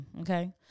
Okay